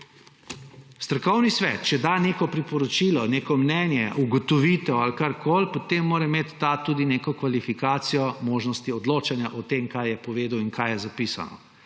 strokovni svet neko priporočilo, neko mnenje, ugotovitev ali kakorkoli, potem mora imeti ta tudi neko kvalifikacijo možnosti odločanja o tem, kaj je povedal in kaj je zapisano.